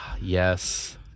Yes